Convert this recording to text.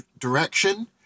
direction